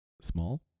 small